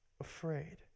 afraid